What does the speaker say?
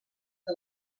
que